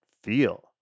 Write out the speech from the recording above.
feel